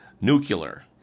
nuclear